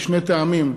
משני טעמים.